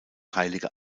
heilige